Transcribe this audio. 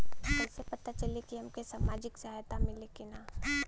कइसे से पता चली की हमके सामाजिक सहायता मिली की ना?